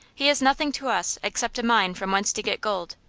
he is nothing to us except a mine from whence to get gold.